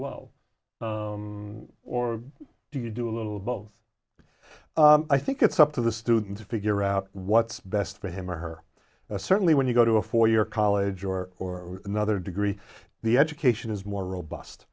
well or do you do a little of both i think it's up to the student to figure out what's best for him or her certainly when you go to a four year college or or another degree the education is more